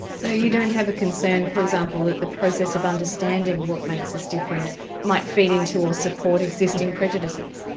so you don't have a concern for example that the process of understanding what makes us different might feed into or support existing prejudices?